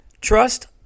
Trust